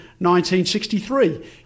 1963